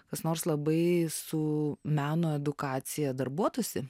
kas nors labai su meno edukacija darbuotųsi